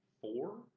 four